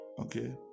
Okay